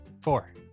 Four